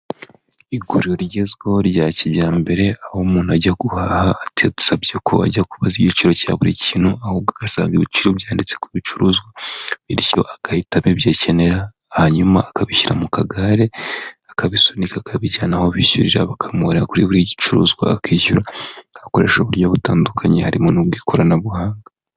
Iguriro rigezweho rya kijyambere aho umuntu ajya guhaha ati yadusabye ko ajya kubaza igiciro cya buri kintu ahubwo agasanga ibiciro byanditse ku bicuruzwa bityo agahita abibyikenera hanyuma akabishyira mu kagare akabisunika akabijyanaho bishyurira bakamu kuri buri gicuruzwa akishyura agakoresha uburyo butandukanye harimo n'ubw'ikoranabuhanga.